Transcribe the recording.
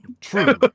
true